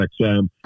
XM